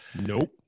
nope